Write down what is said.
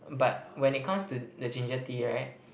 but when it comes to the ginger tea right